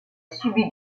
subit